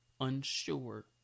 unsure